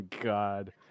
God